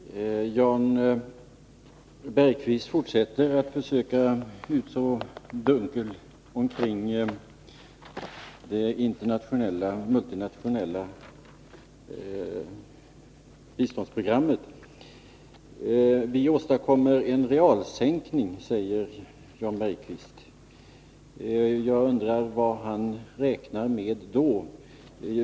Fru talman! Jan Bergqvist fortsätter att försöka skapa dunkel omkring det multinationella biståndsprogrammet. Vi åstadkommer en realsänkning, säger Jan Bergqvist. Jag undrar vad han räknar med då.